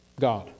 God